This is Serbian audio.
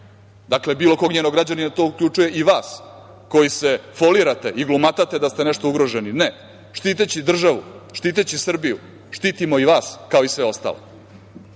dakle bilo kog njenog građanina, to uključuje i vas koji se folirate i glumatate da ste nešto ugroženi. Ne. Štiteći državu, štiteći Srbiju, štitimo i vas, kao i sve ostale,